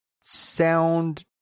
sound